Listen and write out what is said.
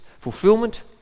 Fulfillment